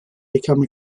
become